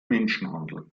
menschenhandel